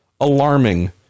alarming